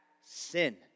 sin